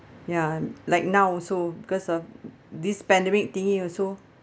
ya like now also because of this pandemic thingy also